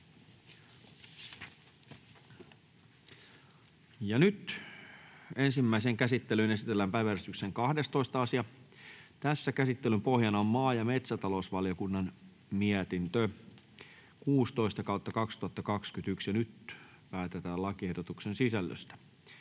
Ensimmäiseen käsittelyyn esitellään päiväjärjestyksen 12. asia. Käsittelyn pohjana on maa- ja metsätalousvaliokunnan mietintö MmVM 16/2021 vp. Nyt päätetään lakiehdotuksen sisällöstä.